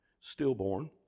Stillborn